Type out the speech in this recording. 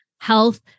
health